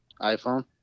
iPhone